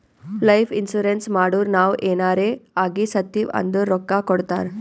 life insurance ಮಾಡುರ್ ನಾವ್ ಎನಾರೇ ಆಗಿ ಸತ್ತಿವ್ ಅಂದುರ್ ರೊಕ್ಕಾ ಕೊಡ್ತಾರ್